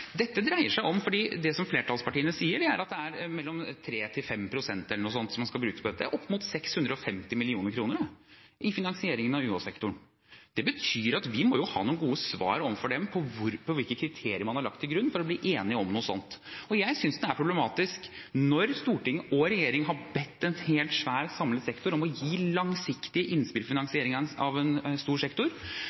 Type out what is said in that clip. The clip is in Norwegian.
Det flertallspartiene sier, er at det er 3–5 pst. eller noe sånt som man skal bruke på dette. Det er opp mot 650 mill. kr i finansieringen av UH-sektoren. Det betyr at vi må ha noen gode svar til dem på hvilke kriterier man har lagt til grunn for å bli enige om noe sånt. Jeg synes det er problematisk når storting og regjering har bedt en hel svær, samlet sektor om å gi langsiktige innspill i finansieringen av en stor sektor,